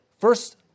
First